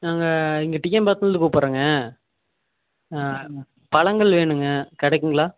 நாங்கள் இங்கே டிஎன் பாலையத்துலேந்து கூப்பிட்றேங்க பலங்கள் வேணுங்க கிடைக்குங்களா